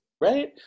right